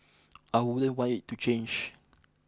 I wouldn't want it to change